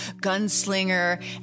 gunslinger